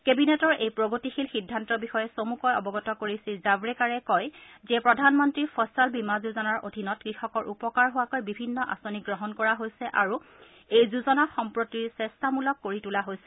কেবিনেটৰ এই প্ৰগতিশীল সিদ্ধান্তৰ বিষয়ে চমুকৈ অবগত কৰি শ্ৰীজাহেকাৰে কয় যে প্ৰধানমন্ত্ৰী ফচল বিমা যোজনাৰ অধীনত কৃষকৰ উপকাৰ হোৱাকৈ বিভিন্ন আঁচনি গ্ৰহণ কৰা হৈছে আৰু এই যোজনাক সম্প্ৰতিৰ স্কেচ্ছামূলক কৰি তোলা হৈছে